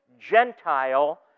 Gentile